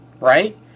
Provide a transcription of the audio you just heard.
right